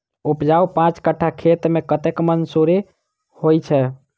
उपजाउ पांच कट्ठा खेत मे कतेक मसूरी होइ छै?